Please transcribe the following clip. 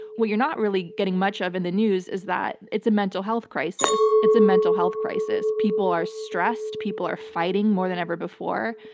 what you're not really getting much of in the news is that it's a mental health crisis. it's a mental health crisis. people are stressed, people are fighting more than ever before.